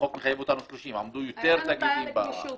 החוק מחייב אותנו 30, עמדו יותר תאגידים בעבר.